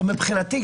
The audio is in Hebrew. מבחינתי,